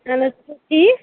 اَہَن حظ تُہۍ چھِو ٹھیٖک